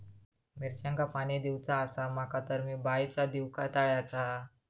मिरचांका पाणी दिवचा आसा माका तर मी पाणी बायचा दिव काय तळ्याचा?